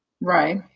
Right